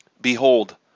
Behold